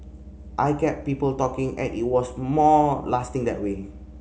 I kept people talking and it was more lasting that way